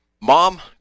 Mom